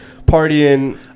partying